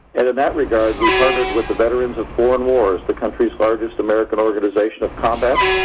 and in that regard, we partnered with the veterans of foreign wars, the country's largest american organization of combat,